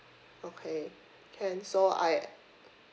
okay can so I